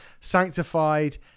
Sanctified